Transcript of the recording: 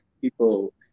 People